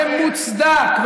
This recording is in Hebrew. ומוצדק,